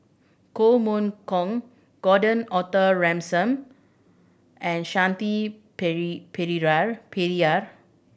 Koh Mun Kong Gordon Arthur Ransome and Shanti Pereira